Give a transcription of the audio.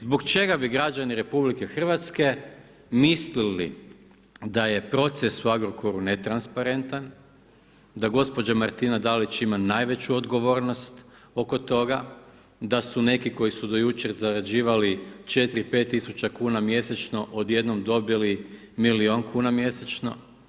Zbog čega bi građani RH mislili da je proces u Agrokoru netransparentan, da gospođa Martina Dalić ima najveću odgovornost oko toga, da su neki koji su do jučer zarađivali 4, 5 tisuća kuna mjesečno odjednom dobili milijun kuna mjesečno.